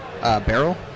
barrel